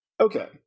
Okay